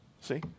See